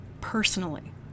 personally